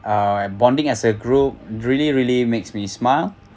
uh bonding as a group really really makes me smile